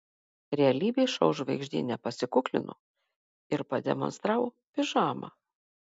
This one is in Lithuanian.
realybės šou žvaigždė nepasikuklino ir pademonstravo pižamą